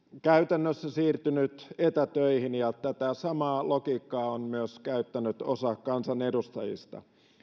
käytännössä myös siirtynyt etätöihin ja tätä samaa logiikkaa on käyttänyt myös osa kansanedustajista